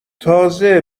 تازه